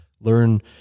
learn